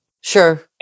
Sure